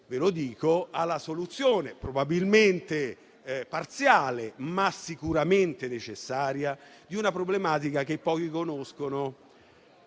alla soluzione, probabilmente parziale, ma sicuramente necessaria, di una problematica che pochi conoscono